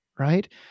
right